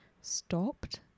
stopped